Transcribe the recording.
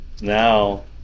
now